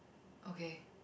okay